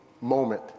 moment